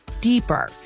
deeper